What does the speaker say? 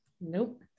Nope